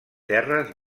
terres